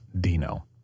Dino